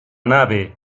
nave